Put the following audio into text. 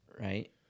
right